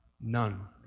none